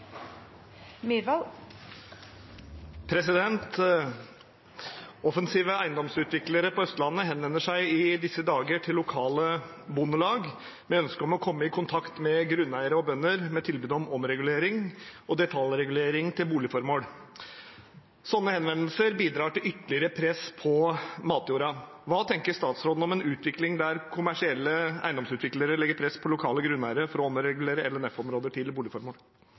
trukket tilbake. «Offensive eiendomsutviklere på Østlandet henvender seg i disse dager til lokale bondelag med ønske om å komme i kontakt med grunneiere og bønder med tilbud om omregulering og detaljregulering til boligformål. Slike henvendelser bidrar til ytterligere press på matjorda. Hva tenker statsråden om en utvikling der kommersielle eiendomsutviklere legger press på lokale grunneiere for å omregulere LNF-områder til